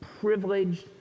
privileged